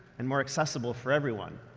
and more accessible for everyone.